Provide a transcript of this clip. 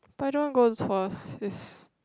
but I don't want to go to Tuas is